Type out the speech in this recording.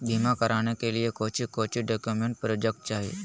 बीमा कराने के लिए कोच्चि कोच्चि डॉक्यूमेंट प्रोजेक्ट चाहिए?